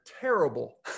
terrible